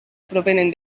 provenen